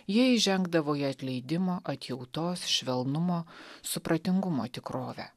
jie įžengdavo į atleidimo atjautos švelnumo supratingumo tikrovę